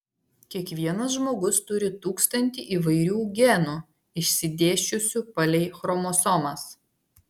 kiekvienas žmogus turi tūkstantį įvairių genų išsidėsčiusių palei chromosomas